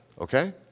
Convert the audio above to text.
okay